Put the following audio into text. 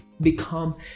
become